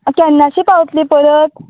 केन्नाची पावतली परत